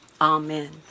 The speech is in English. Amen